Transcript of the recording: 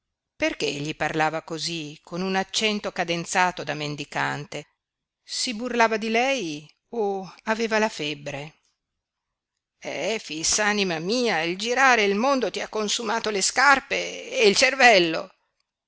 perché egli parlava cosí con un accento cadenzato da mendicante si burlava di lei o aveva la febbre efix anima mia il girare il mondo ti ha consumato le scarpe e il cervello